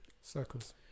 Circles